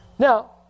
Now